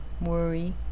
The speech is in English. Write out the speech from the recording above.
worry